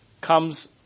comes